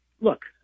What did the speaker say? look